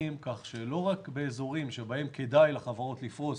כך שלא רק באזורים שבהם כדאי לחברות לפרוס